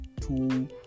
two